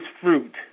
fruit